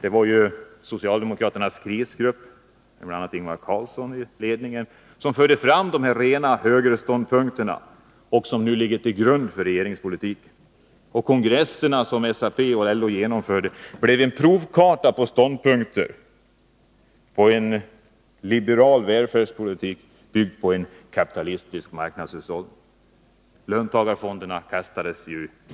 Det var ju socialdemokraternas krisgrupp, med bl.a. Ingvar Carlsson i ledningen, som framförde de här rena högerståndpunkterna, som nu ligger till grund för regeringspolitiken. Kongresserna som SAP och LO genomförde gav en provkarta på en liberal välfärdspolitik, byggd på en kapitalistisk marknadshushållning. Löntagarfonderna kastades